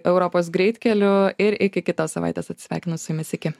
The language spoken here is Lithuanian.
europos greitkeliu ir iki kitos savaitės atsisveikinu su jumis iki